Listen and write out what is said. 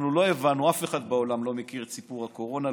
אף אחד בעולם לא הכיר את סיפור הקורונה,